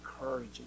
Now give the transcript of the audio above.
encouraging